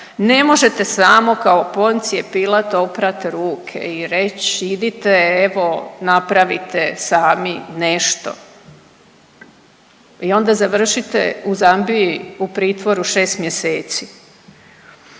Ne možete samo kao Poncije Pilat oprat ruke i reći idite, evo napravite sami nešto. I onda završite u Zambiji u pritvoru šest mjeseci.